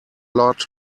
lot